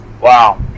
Wow